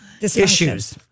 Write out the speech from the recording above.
issues